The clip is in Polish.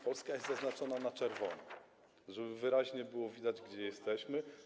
Polska jest zaznaczono na czerwono, żeby wyraźnie było widać, gdzie jesteśmy.